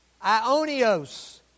Ionios